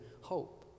hope